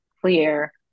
clear